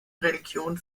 religion